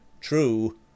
True